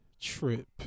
trip